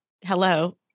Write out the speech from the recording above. hello